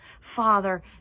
Father